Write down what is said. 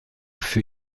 für